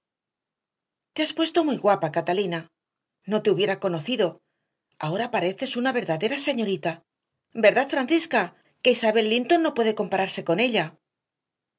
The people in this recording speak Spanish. te has puesto muy guapa catalina no te hubiera conocido ahora pareces una verdadera señorita verdad francisca que isabel linton no puede compararse con ella